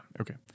Okay